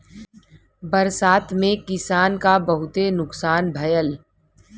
बरसात में किसान क बहुते नुकसान भयल